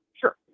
Sure